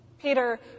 Peter